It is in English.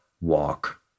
walk